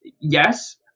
yes